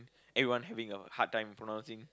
everyone having a hard time pronouncing